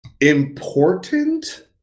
important